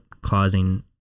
causing